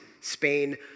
Spain